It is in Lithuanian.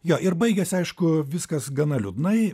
jo ir baigiasi aišku viskas gana liūdnai